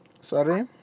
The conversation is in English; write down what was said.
Sorry